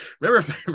remember